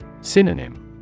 Synonym